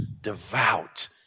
devout